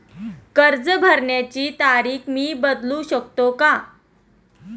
कर्ज भरण्याची तारीख मी बदलू शकतो का?